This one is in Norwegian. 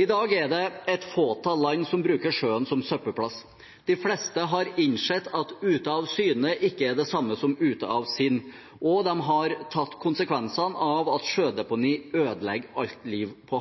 I dag er det et fåtall land som bruker sjøen som søppelplass. De fleste har innsett at ute av syne ikke er det samme som ute av sinn, og de har tatt konsekvensene av at sjødeponi ødelegger alt liv på